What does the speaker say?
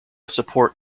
support